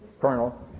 colonel